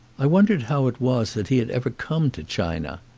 i wondered how it was that he had ever come to china.